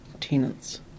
tenants